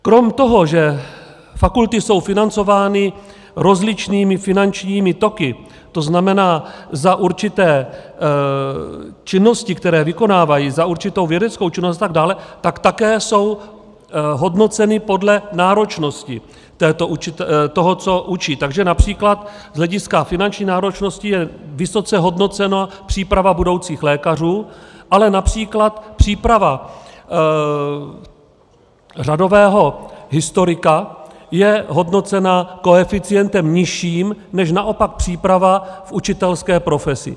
Kromě toho, že fakulty jsou financovány rozličnými finančními toky, to znamená za určité činnosti, které vykonávají, za určitou vědeckou činnost atd., tak také jsou hodnoceny podle náročnosti toho, co učí, takže například z hlediska finanční náročnosti je vysoce hodnocena příprava budoucích lékařů, ale například příprava řadového historika je hodnocena koeficientem nižším než naopak příprava v učitelské profesi.